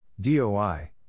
DOI